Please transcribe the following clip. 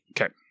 Okay